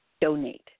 donate